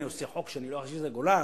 אני עושה חוק שאני לא אחזיר את הגולן?